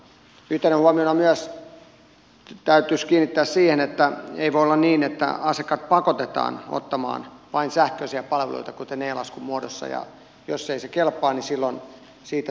yhtenä huomiona myös täytyisi kiinnittää huomiota siihen että ei voi olla niin että asiakkaat pakotetaan ottamaan vain sähköisiä palveluita kuten e laskun muodossa ja jos ei se kelpaa niin silloin siitä saa maksaa